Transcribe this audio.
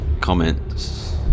comments